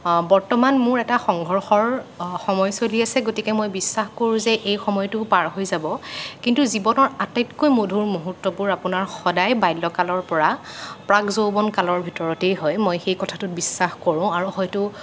বৰ্তমান মোৰ এটা সংঘৰ্ষৰ সময় চলি আছে গতিকে মই বিশ্বাস কৰোঁ যে এই সময়টোও পাৰ হৈ যাব কিন্তু জীৱনৰ আটাইতকৈ মধুৰ মুহূৰ্তবোৰ আপোনাৰ সদায় বাল্যকালৰ পৰা প্ৰাক যৌৱন কালৰ ভিতৰতে হয় মই সেই কথাটোত বিশ্বাস কৰোঁ আৰু হয়তো